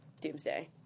Doomsday